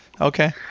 Okay